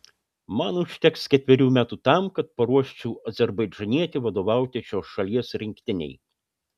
man užteks ketverių metų tam kad paruoščiau azerbaidžanietį vadovauti šios šalies rinktinei